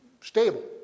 stable